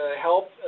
help